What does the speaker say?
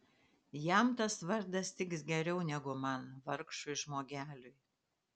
jam tas vardas tiks geriau negu man vargšui žmogeliui